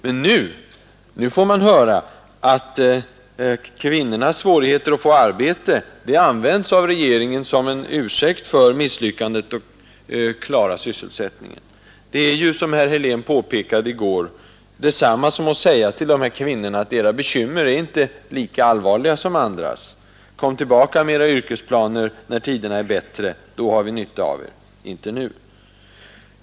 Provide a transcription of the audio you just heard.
Men nu får kvinnorna höra hur deras svårigheter att få arbete används av regeringen som en ursäkt för misslyckandet att klara sysselsättningen. Det är, som herr Helén påpekade i går, detsamma som att säga till dessa kvinnor: Era bekymmer är inte lika allvarliga som andras. Kom tillbaka med era yrkesplaner när tiderna blir bättre. Då har vi nytta av er, inte nu.